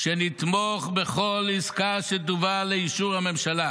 שנתמוך בכל עסקה שתובא לאישור הממשלה